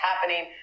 happening